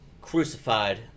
crucified